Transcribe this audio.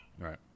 right